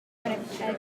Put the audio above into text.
winnipeg